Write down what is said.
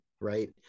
right